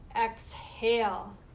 exhale